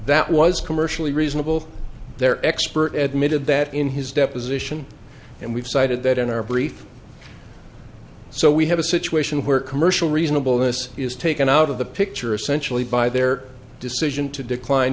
that was commercially reasonable their expert admitting that in his deposition and we've cited that in our brief so we have a situation where commercial reasonable this is taken out of the picture essentially by their decision to decline